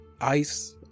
ice